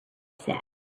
said